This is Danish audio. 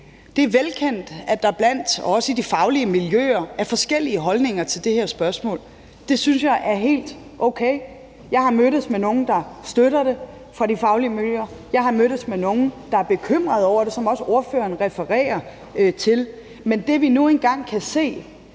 Det er velkendt, at der også blandt de faglige miljøer er forskellige holdninger til det her spørgsmål, og det synes jeg er helt okay. Jeg har mødtes med nogen fra de faglige miljøer, der støtter det, og jeg har mødtes med nogen, der er bekymret over det, som også ordføreren refererer til. Men det, vi nu engang kan se